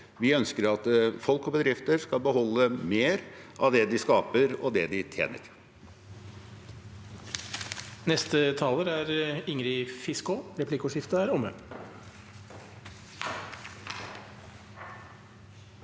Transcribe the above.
Vi ønsker at folk og bedrifter skal beholde mer av det de skaper og det de tjener.